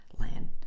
land